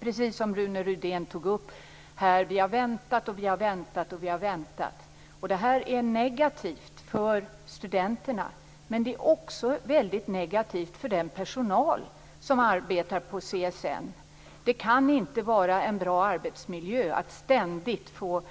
Precis som Rune Rydén nämnde, har vi väntat och väntat. Det är negativt för studenterna. Men det är också negativt för den personal som arbetar på CSN. Det kan inta vara en bra arbetsmiljö där man ständigt får